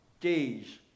days